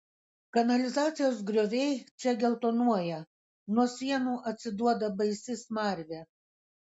kanalizacijos grioviai čia geltonuoja nuo sienų atsiduoda baisi smarvė